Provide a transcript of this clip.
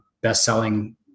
best-selling